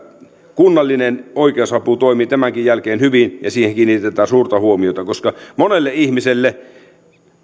kunnallinen oikeusapu toimii tämänkin jälkeen hyvin ja siihen kiinnitetään suurta huomiota monelle ihmiselle